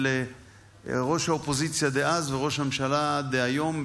של ראש האופוזיציה דאז וראש הממשלה דהיום,